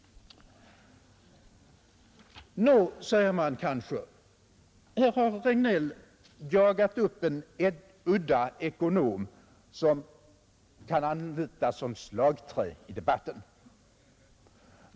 Nå, säger man kanske, här har Regnéll jagat upp en udda ekonom som kan anlitas som slagträ i debatten.